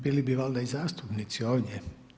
Bili bi valjda i zastupnici ovdje.